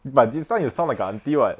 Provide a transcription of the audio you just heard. but this time you sound like auntie [what]